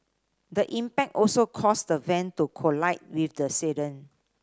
the impact also caused the van to collide with the sedan